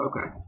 Okay